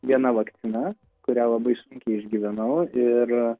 viena vakcina kurią labai sunkiai išgyvenau ir